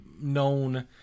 known